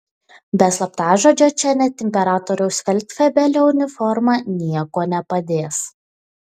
be slaptažodžio čia net imperatoriaus feldfebelio uniforma nieko nepadės